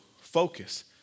focus